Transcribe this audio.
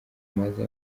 maze